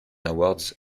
awards